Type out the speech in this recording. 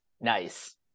Nice